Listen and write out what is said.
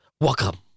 welcome